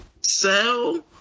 Sell